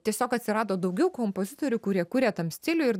tiesiog atsirado daugiau kompozitorių kurie kuria tam stiliui ir